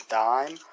dime